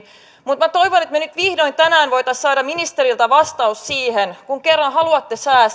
mutta minä toivon että me vihdoin tänään voisimme saada ministeriltä vastauksen siihen että kun kerran haluatte säästää